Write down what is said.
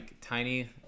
tiny